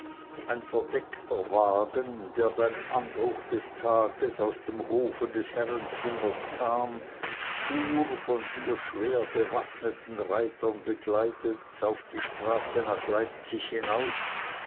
ein verdeckter wagen der beim anbruch des tages aus dem hofe des herrenzwingers kam fuhr von vier schwer bewaffneten reutern begleitet auf die straße nach leipzig hinaus